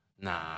nah